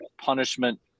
punishment